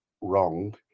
wrong